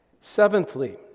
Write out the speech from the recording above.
Seventhly